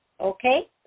okay